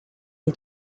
est